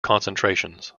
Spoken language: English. concentrations